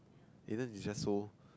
Ayden is just so